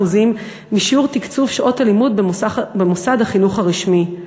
משיעור תקצוב שעות הלימוד במוסד החינוך הרשמי.